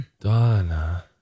Donna